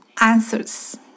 answers